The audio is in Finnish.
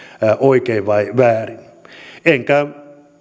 oikein vai väärin enkä